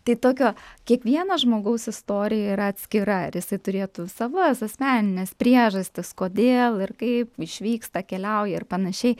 tai tokio kiekvieno žmogaus istorija yra atskira ir jisai turėtų savas asmenines priežastis kodėl ir kaip išvyksta keliauja ir panašiai